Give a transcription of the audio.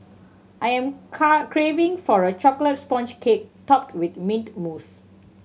I am craving for a chocolate sponge cake topped with mint mousse